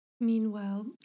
Meanwhile